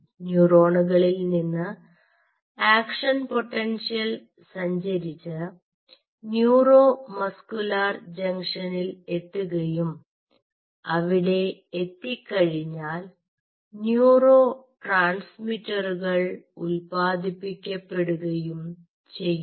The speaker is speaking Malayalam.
ന്യൂറോണുകളിൽ നിന്ന് ആക്ഷൻ പൊട്ടൻഷ്യൽ സഞ്ചരിച്ച് ന്യൂറോ മസ്കുലാർ ജംഗ്ഷനിൽ എത്തുകയും അവിടെ എത്തിക്കഴിഞ്ഞാൽ ന്യൂറോ ട്രാൻസ്മിറ്ററുകൾ ഉൽപാദിപ്പിക്കപ്പെടുകയും ചെയ്യുന്നു